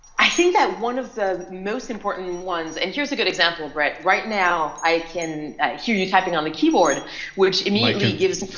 i think that one of the most important ones and here is a good example brett right now i can hear you typing on the keyboard which to me like it gives